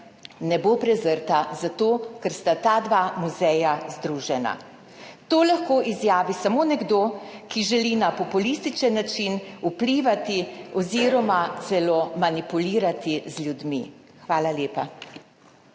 ne bo prezrta zato, ker sta ta dva muzeja združena. To lahko izjavi samo nekdo, ki želi na populističen način vplivati oziroma celo manipulirati z ljudmi. Hvala lepa.